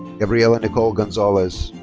gabriela nicole gonzalez.